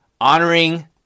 honoring